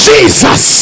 Jesus